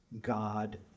God